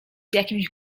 jakimś